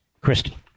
Christie